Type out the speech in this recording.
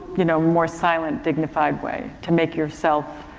you know, more silent dignified way to make yourself,